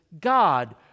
God